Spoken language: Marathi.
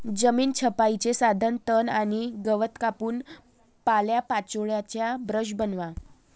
जमीन छपाईचे साधन तण आणि गवत कापून पालापाचोळ्याचा ब्रश बनवा